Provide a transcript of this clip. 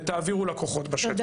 תעבירו את זה לכוחות בשטח.